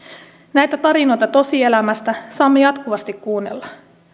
näitä tarinoita tosielämästä saamme jatkuvasti kuunnella